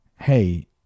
hey